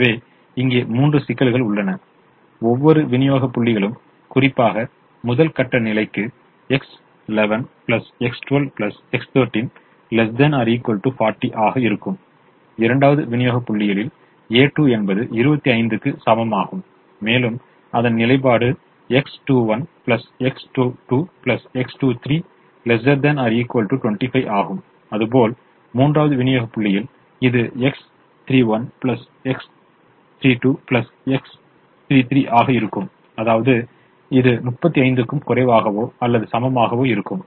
எனவே இங்கே மூன்று சிக்கல்கள் உள்ளன ஒவ்வொரு விநியோக புள்ளிகளுக்கும் குறிப்பாக முதல் கட்ட நிலைக்கு X11 X12 X13 ≤ 40 ஆக இருக்கும் இரண்டாவது விநியோக புள்ளியில் a2 என்பது 25 க்கு சமமாகும் மேலும் அதன் நிலைப்பாடு X21 X22 X23 ≤ 25 ஆகும் அதுபோல் மூன்றாவது விநியோக புள்ளியில் இது X31 X32 X33 ஆக இருக்கும் அதாவது இது 35 க்கும் குறைவாகவோ அல்லது சமமாகவோ இருக்கும்